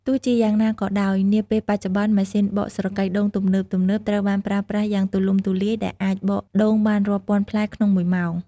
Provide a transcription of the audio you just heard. ទោះជាយ៉ាងណាក៏ដោយ នាពេលបច្ចុប្បន្ន ម៉ាស៊ីនបកស្រកីដូងទំនើបៗត្រូវបានប្រើប្រាស់យ៉ាងទូលំទូលាយ ដែលអាចបកដូងបានរាប់ពាន់ផ្លែក្នុងមួយម៉ោង។